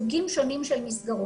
לסוגים שונים של מסגרות.